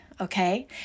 Okay